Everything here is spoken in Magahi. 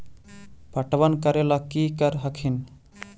पटबन करे ला की कर हखिन?